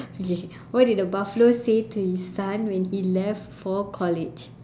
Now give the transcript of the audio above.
okay what did the buffalo say to his son when he left for college